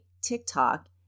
TikTok